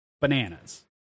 bananas